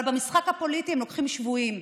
אבל במשחק הפוליטי הם לוקחים שבויים,